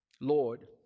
Lord